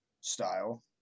style